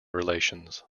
relations